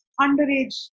underage